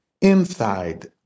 inside